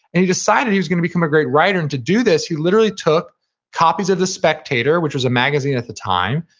and he decided he was gonna become a great writer, and to do this he literally took copies of the spectator, which was a magazine at the time,